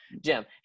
Jim